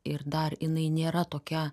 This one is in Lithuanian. ir dar jinai nėra tokia